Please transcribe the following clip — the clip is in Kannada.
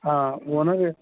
ಹಾಂ ಓನರ್ ರೀ